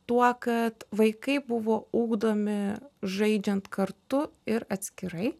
tuo kad vaikai buvo ugdomi žaidžiant kartu ir atskirai